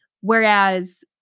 Whereas